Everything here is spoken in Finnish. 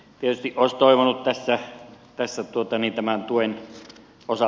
tietysti olisi toivonut tässä tämän tuen osalta